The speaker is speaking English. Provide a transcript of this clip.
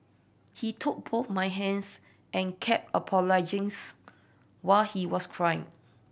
he took both my hands and kept apologisings while he was crying